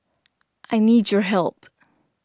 I need your help